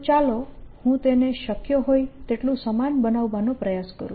તો ચાલો હું તેને શક્ય હોય તેટલું સમાન બનાવવાનો પ્રયાસ કરું